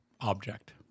object